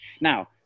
Now